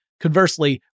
Conversely